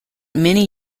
many